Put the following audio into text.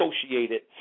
associated